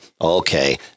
Okay